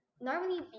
normally